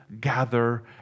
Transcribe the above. gather